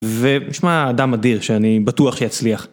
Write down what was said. ונשמע אדם אדיר שאני בטוח שיצליח.